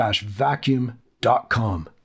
vacuum.com